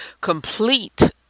complete